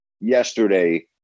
yesterday